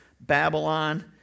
Babylon